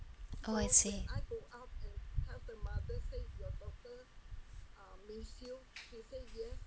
oh I see